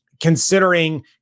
considering